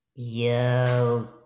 Yo